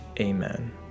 Amen